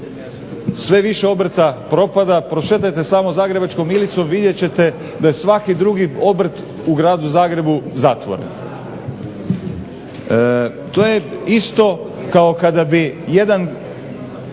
sve više obrta propada, prošetajte samo Zagrebačkom Ilicom vidjet ćete da je svaki drugi obrt u gradu Zagrebu zatvoren. To je isto kao kada bi jedan